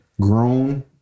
grown